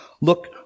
Look